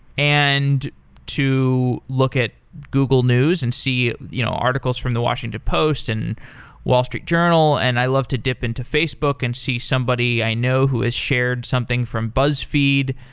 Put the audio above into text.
and to look at google news and see you know articles from the washington post, and wall street journal, and i love to dip into facebook and see somebody i know who has shared something from buzzfeed.